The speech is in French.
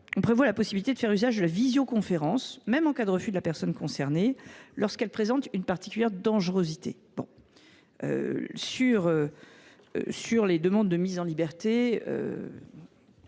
prévoyons la possibilité de faire usage de la visioconférence, même en cas de refus de la personne concernée, lorsqu’elle présente une dangerosité particulière. En ce qui concerne les demandes de mise en liberté,